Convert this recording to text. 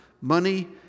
money